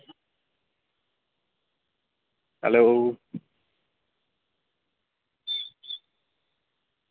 hello